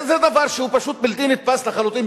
זה דבר שהוא פשוט בלתי נתפס לחלוטין.